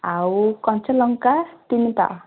ଆଉ କଞ୍ଚାଲଙ୍କା ତିନିଟା